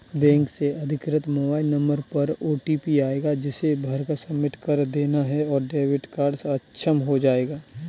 bank से अधिकृत mobile number पर ओटीपी आएगा जिसे भरकर सबमिट कर देना है और डेबिट कार्ड अक्षम हो जाएगा